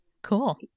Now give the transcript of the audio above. Cool